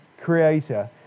creator